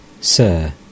Sir